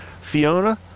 Fiona